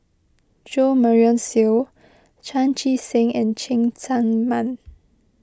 Jo Marion Seow Chan Chee Seng and Cheng Tsang Man